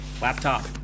laptop